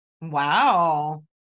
Wow